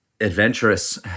Adventurous